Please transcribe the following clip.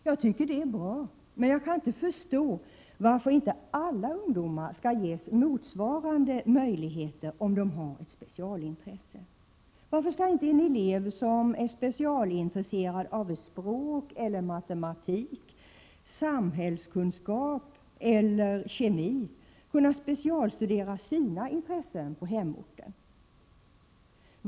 Jag tycker att den här modellen är bra, men jag kan inte förstå varför inte alla ungdomar skall ges motsvarande möjligheter, om de har ett specialintresse. Varför skall inte en elev som är speciellt intresserad av språk, matematik, samhällskunskap eller kemi kunna specialstudera sitt ämne på hemorten?